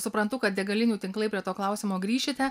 suprantu kad degalinių tinklai prie to klausimo grįšite